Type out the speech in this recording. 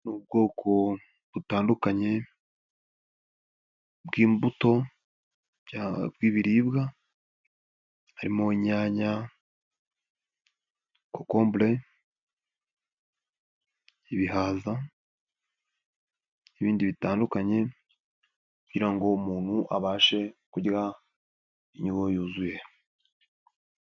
Ni ubwoko butandukanye bw'imbuto bw'ibiribwa harimo: inyanya, kokombure, ibihaza n'ibindi bitandukanye kugira ngo uwo muntu abashe kurya indyo yuzuye.